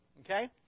Okay